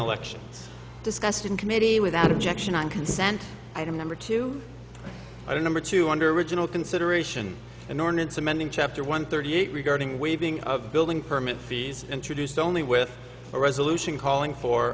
elections discussed in committee without objection on consent item number two i don't number two under original consideration an ordinance amending chapter one thirty eight regarding waiving of building permit fees introduced only with a resolution calling for